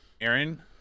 Aaron